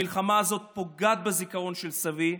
המלחמה הזאת פוגעת בזיכרון של סבי,